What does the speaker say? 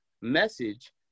message